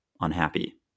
unhappy